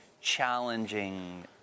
challenging